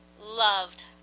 loved